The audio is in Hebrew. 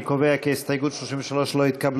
אני קובע כי הסתייגות 33 לא התקבלה.